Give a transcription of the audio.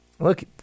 Look